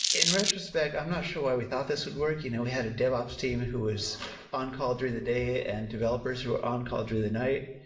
in retrospect, i'm not sure why we thought this would work. you know we had a dev ops team who was on call during the day and developers who are on call during the night.